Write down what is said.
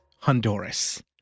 Honduras